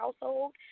household